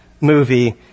movie